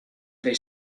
they